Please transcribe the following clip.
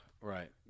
Right